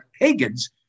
pagans